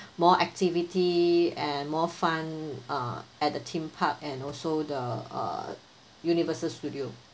more activity and more fun uh at the theme park and also the uh universal studio